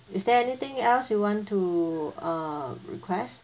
is there anything else you want to uh request